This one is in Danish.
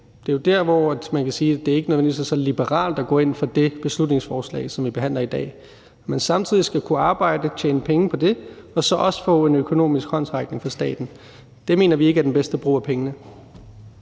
Det er jo der, hvor det ikke nødvendigvis er så liberalt at gå ind for det beslutningsforslag, som vi behandler i dag. At man skal kunne arbejde og tjene penge på det og så samtidig også få en økonomisk håndsrækning fra staten, mener vi ikke er den bedste brug af pengene.